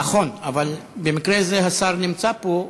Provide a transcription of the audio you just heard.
נכון, אבל במקרה הזה השר נמצא פה.